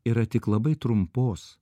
yra tik labai trumpos